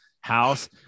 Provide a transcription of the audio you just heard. house